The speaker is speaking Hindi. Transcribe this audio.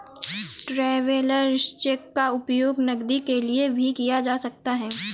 ट्रैवेलर्स चेक का उपयोग नकदी के लिए भी किया जा सकता है